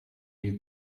you